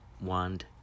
wand